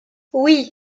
oui